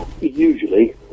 usually